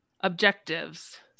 objectives